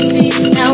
Now